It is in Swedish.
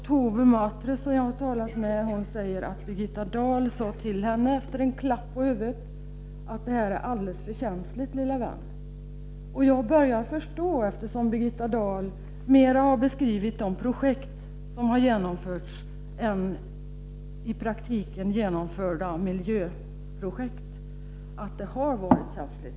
Towe Matre, som jag har talat med, säger att Birgitta Dahl sade till henne efter en klapp på huvudet: ”Det här är alldeles för känsligt, lilla vän.” Eftersom Birgitta Dahl mera har beskrivit de projekt som har genomförts än i praktiken genomförda miljöprojekt, börjar jag förstå att det har varit känsligt.